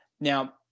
Now